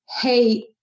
hey